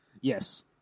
Yes